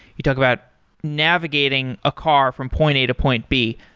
you talk about navigating a car from point a to point b.